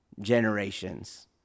generations